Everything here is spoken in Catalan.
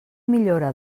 millora